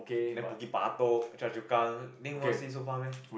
then Bukit Batok Choa Chu Kang stay so far meh